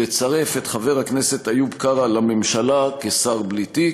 לצרף את חבר הכנסת איוב קרא לממשלה כשר בלי תיק,